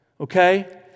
okay